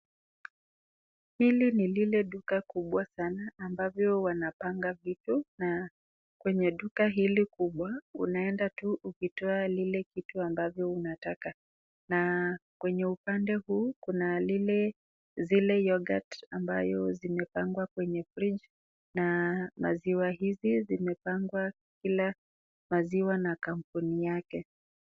Hili ni lile duka kubwa sana ambavyo wanapanga vitu, na kwenye duka hili kubwa unaenda tu ukitoa lile kitu unataka, na kwenye upande huu kuna zile yoghurt, , ambayo zimepangwa kwenye fridge, , na maziwa hizi zimepangwa kila maziwa na kampuni yake.